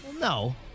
no